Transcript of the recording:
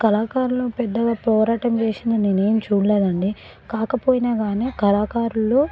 కళాకారులు పెద్దగా పోరాటం చేసింది నేనేం చూడలేదు అండి కాకపోయినా కానీ కళాకారులు